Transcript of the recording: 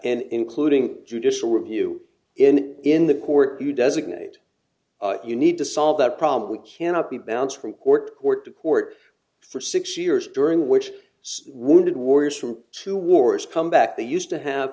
and including judicial review in in the court you designate you need to solve that problem we cannot be bounced from court court to court for six years during which wounded warriors from two wars come back they used to have